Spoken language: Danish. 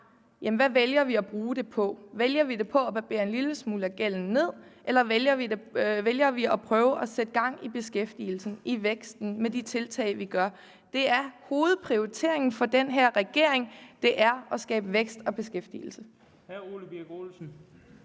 på. Vælger vi at bruge det på at barbere en lille smule af gælden ned, eller vælger vi at prøve at sætte gang i beskæftigelsen og i væksten med de tiltag, vi gør? Hovedprioriteringen for den her regering er at skabe vækst og beskæftigelse.